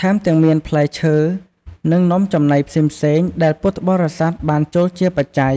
ថែមទាំងមានផ្លែឈើ និងនំចំណីផ្សេងៗដែលពុទ្ធបរិស័ទបានចូលជាបច្ច័យ